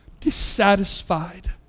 dissatisfied